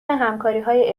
همکاریهای